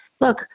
look